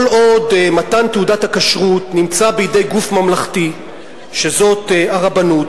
כל עוד מתן תעודת הכשרות נמצא בידי גוף ממלכתי שזו הרבנות,